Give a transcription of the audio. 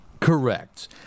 Correct